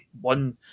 One